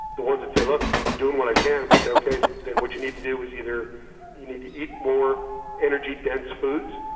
the ones that say, look, i'm doing what i can, we say, okay, then what you need to do is either you need to eat more energy-dense foods,